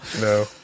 No